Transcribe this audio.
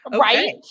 Right